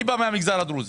אני בא מהמגזר הדרוזי.